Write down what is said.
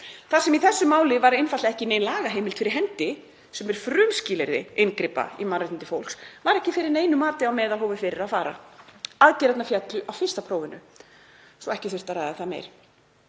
Þar sem í þessu máli var einfaldlega ekki nein lagaheimild fyrir hendi, sem er frumskilyrði inngripa í mannréttindi fólks, var engu mati á meðalhófi fyrir að fara. Aðgerðirnar féllu á fyrsta prófinu svo ekki þurfti að ræða það meir.